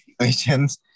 situations